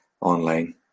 online